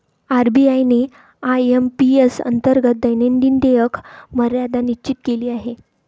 RBI ने IMPS अंतर्गत दैनंदिन देयक मर्यादा निश्चित केली आहे